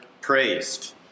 praised